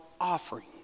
offering